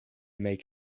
make